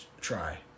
try